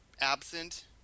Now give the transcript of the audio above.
absent